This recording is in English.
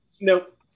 Nope